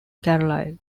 carlisle